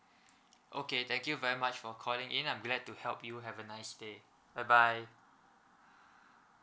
okay thank you very much for calling in I'm glad to help you have a nice day bye bye